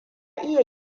iya